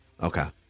okay